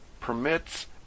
permits